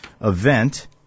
event